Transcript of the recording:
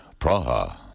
Praha